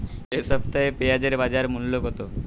এ সপ্তাহে পেঁয়াজের বাজার মূল্য কত?